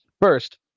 First